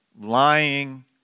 lying